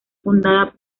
fundada